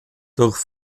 durch